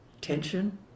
tension